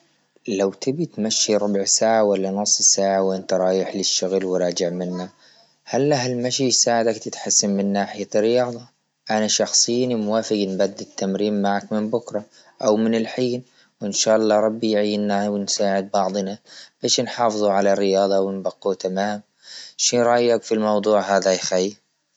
لو تبي تمشي ربع ساعة ولا نص ساعة وأنت رايح للشغل وراجع منا، هل لها المشي يساعدك تتحسن من ناحية الرياضة؟ أنا شخصيا موافق أن بدي التمرين معك من بكرة أو من الحين، وإن شاء الله ربي يعينا ونساعد بعضنا، باش نحافزوا على الرياضة ونبقوا تمام، شي رأيك في الموضوع هذا يا خي.